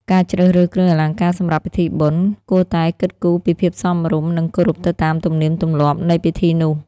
ការជ្រើសរើសគ្រឿងអលង្ការសម្រាប់ពិធីបុណ្យ គួរតែគិតគូរពីភាពសមរម្យ និង គោរពទៅតាមទំនៀមទម្លាប់នៃពិធីនោះ។